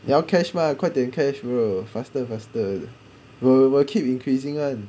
你要 cash 吗快点 cash bro faster faster will will keep increasing